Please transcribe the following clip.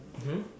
hmm